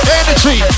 energy